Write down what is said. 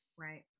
right